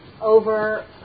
over